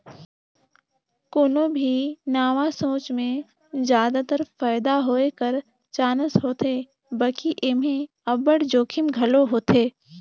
कोनो भी नावा सोंच में जादातर फयदा होए कर चानस होथे बकि एम्हें अब्बड़ जोखिम घलो होथे